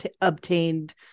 obtained